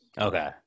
Okay